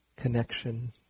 connection